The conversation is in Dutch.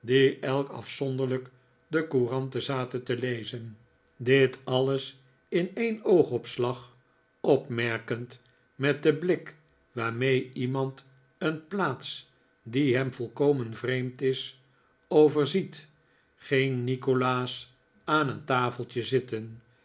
elk afzonderlijk de couranten zaten te lezen dit alles in een oogopslag opmerkend met den blik waarmee iemand een plaats die hem volkomen vreemd is overziet ging nikolaas aan een tafeltje zitten